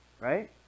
Right